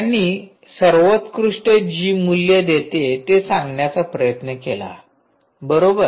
त्यांनी सर्वोत्कृष्ट जी मूल्य देते ते सांगण्याचा प्रयत्न केला बरोबर